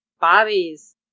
Bobby's